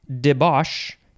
debauch